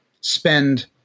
spend